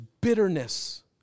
bitterness